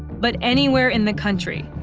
but anywhere in the country.